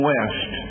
West